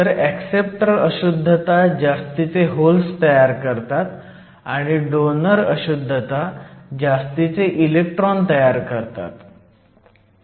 तर ऍक्सेप्टर अशुद्धता जास्तीचे होल्स तयार करतात आणि डोनर अशुद्धता जास्तीचे इलेक्ट्रॉन तयार करतात